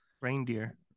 Reindeer